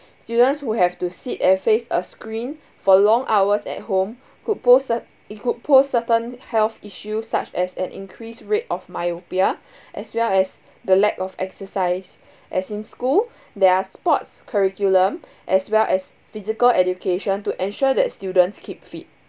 students who have to sit and face a screen for long hours at home could pose a it could pose certain health issues such as an increased rate of myopia as well as the lack of exercise as in school there are sports curriculum as well as physical education to ensure that students keep fit